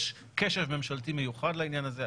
יש קשב ממשלתי מיוחד לעניין הזה,